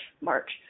March